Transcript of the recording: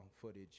footage